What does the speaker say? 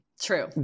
True